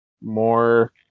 more